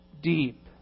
deep